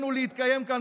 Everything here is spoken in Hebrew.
להגיד לנערה